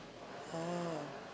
oh